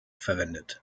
verwendet